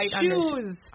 Shoes